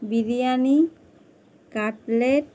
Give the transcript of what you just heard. biryani cutlet